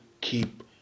keep